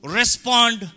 respond